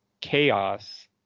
chaos